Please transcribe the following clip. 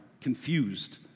confused